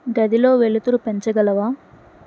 గదిలో వెలుతురు పెంచగలవా